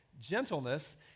gentleness